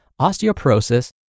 osteoporosis